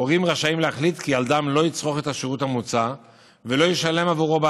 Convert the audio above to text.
הורים רשאים כי ילדם לא יצרוך את השירות המוצע ולא ישלם עבורו,